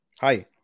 Hi